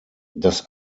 das